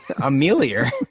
Amelia